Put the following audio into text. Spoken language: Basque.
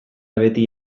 beti